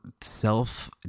self